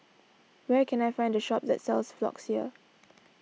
where can I find the shop that sells Floxia